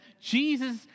Jesus